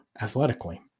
athletically